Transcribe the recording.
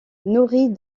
nourrit